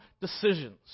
decisions